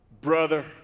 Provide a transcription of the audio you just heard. Brother